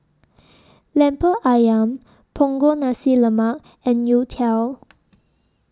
Lemper Ayam Punggol Nasi Lemak and Youtiao